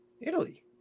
Italy